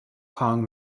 kong